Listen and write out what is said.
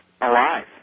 alive